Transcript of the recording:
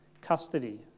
custody